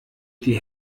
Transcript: die